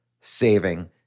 saving